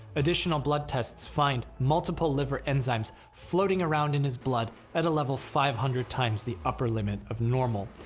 additional blood tests find multiple liver enzymes, floating around in his blood at a level five hundred times the upper limit of normal,